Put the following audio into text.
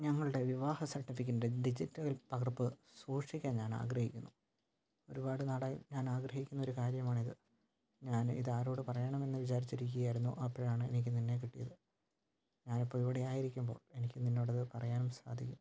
ഞങ്ങളുടെ വിവാഹ സർട്ടിഫിക്കറ്റിൻറെ ഡിജിറ്റൽ പകർപ്പ് സൂക്ഷിക്കാൻ ഞാൻ ആഗ്രഹിക്കുന്നു ഒരുപാട് നാളായി ഞാൻ ആഗ്രഹിക്കുന്ന ഒരു കാര്യമാണിത് ഞാൻ ഇതാരോട് പറയണം എന്ന് വിചാരിച്ചിരിക്കുകയായിരുന്നു അപ്പോഴാണ് എനിക്ക് നിന്നെ കിട്ടിയത് ഞാനിപ്പം ഇവിടെ ആയിരിക്കുമ്പോൾ എനിക്ക് നിന്നോടത് പറയാൻ സാധിക്കും